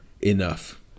enough